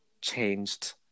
changed